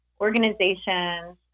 organizations